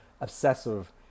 obsessive